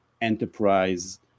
enterprise